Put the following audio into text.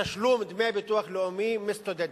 תשלום דמי ביטוח לאומי מסטודנטים.